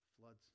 floods